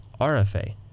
RFA